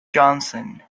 johnson